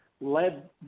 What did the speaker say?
led